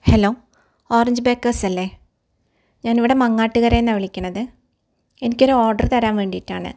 hello orange ബേക്കെര്സല്ലെ ഞാനിവിടെ മങ്ങാട്ട്കരയിൽ നിന്നാണ് വിളിക്കുന്നത് എനിക്കൊരു ഓർഡർ തരാന് വേണ്ടിയിട്ടാണ്